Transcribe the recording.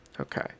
Okay